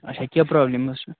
اَچھا کیٛاہ پرٛابلِم ٲسوٕ